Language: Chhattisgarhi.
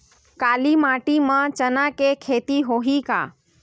काली माटी म चना के खेती होही का?